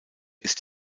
ist